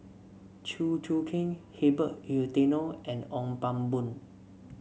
Chew Choo Keng Herbert Eleuterio and Ong Pang Boon